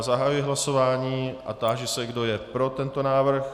Zahajuji hlasování a táži se, kdo je pro tento návrh.